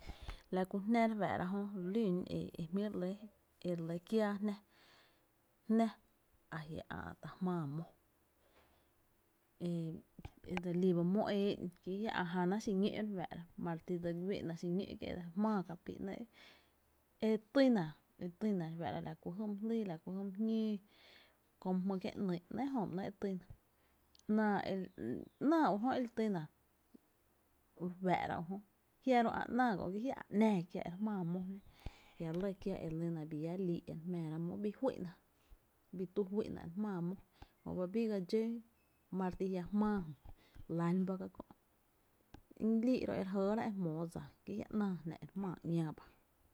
La kú jná re fáá’ra jö re lún e jmíi’ re lɇ fáá’ra jö e re lɇ kiää jná, jná ajia’ jmáá mó, e dse lí ba mó e éé’n ki jia ä’ jána xiñó’ re fáá’ra ma re ti dse güé’na xiñó’ jmáá kapíí’ ‘nɇɇ’ e tyna, e týna re fáá’ra la ku jy my jlýi la kú jy my jñóo, Kó my jmý’ kié’ ‘nyy’, nɇ’ ejö ba e tyna ‘náá ujö e li týna u re fáá’ra u jö, jia’ ro ä? ‘náá kö’ ki jiá’ ä’ ‘náá kiäá e re jmáá mó jná jia’ lɇ kiáá e lyna bi llá lii’ e re jmáára mó, bi llá fý’na bi tú fý’na e re jmáá mó ejöba bii ga dxó ma re ti jia’ jmáá lán ba ka kö’ lii’ ro e re jëëra e jmóo dsa ki ji’a ‘náá jná e re jmáá ‘ñáá ba.